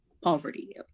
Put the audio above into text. poverty